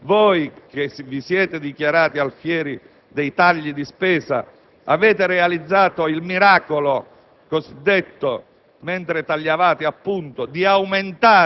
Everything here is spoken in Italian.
precedenti il vostro Governo. Voi, che vi siete dichiarati alfieri dei tagli di spesa, avete realizzato il cosiddetto